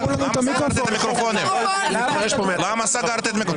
למה סגרתם?